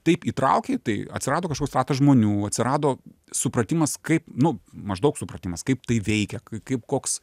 taip įtraukė į tai atsirado kažkoks ratas žmonių atsirado supratimas kaip nu maždaug supratimas kaip tai veikia kaip koks